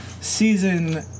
season